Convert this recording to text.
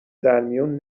درمیون